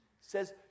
says